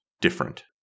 different